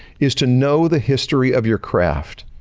is to know the history of your craft.